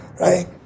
right